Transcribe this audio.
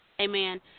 Amen